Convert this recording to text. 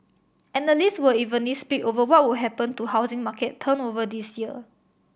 analysts were evenly split over what would happen to housing market turnover this year